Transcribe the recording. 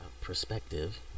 perspective